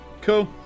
Cool